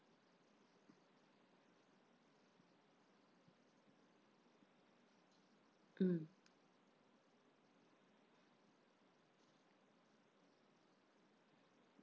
mm